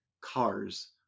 Cars